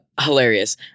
Hilarious